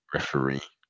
referee